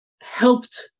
helped